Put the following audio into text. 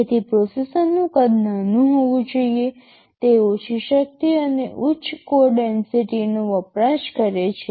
તેથી પ્રોસેસરનું કદ નાનું હોવું જોઈએ તે ઓછી શક્તિ અને ઉચ્ચ કોડ ડેન્સિટીનો વપરાશ કરે છે